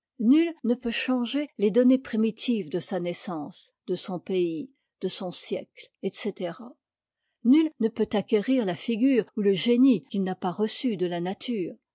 nul ne peut changer les données primitives de sa naissance de son pays de son siècle etc nul ne peut acquérir la figure ou le génie qu'il n'a pas reçu de la nature